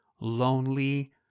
lonely